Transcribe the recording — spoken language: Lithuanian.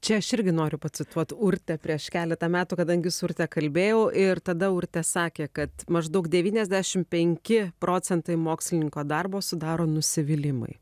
čia aš irgi noriu pacituot urtę prieš keletą metų kadangi su urte kalbėjau ir tada urtė sakė kad maždaug devyniasdešim penki procentai mokslininko darbo sudaro nusivylimai